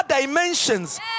dimensions